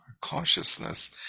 consciousness